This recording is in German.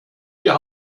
wir